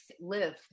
live